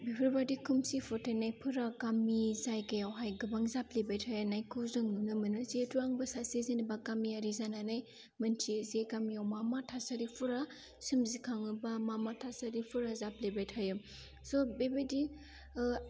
बेफोरबायदि खोमसि फोथाइनायफोरा गामि जायगायावहाय गोबां जाफ्लेबाय थानायखौ जों नुनो मोनो जेहेतु आंबो सासे जेनोबा गामियारि जानानै मिन्थियो जे गामियाव मा मा थासारिफोरा सोमजिखाङोब्ला मा मा थासारिफ्रा जाफ्लेबाय थायो स' बेबायदि